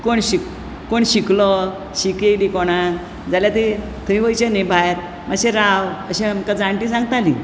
कोण शिंक कोण शिंकलो शिंक येयली कोणाक जाल्यार ते थंय वयचें न्हय भायर मातशें राव अशी आमकां जाणटी सांगताली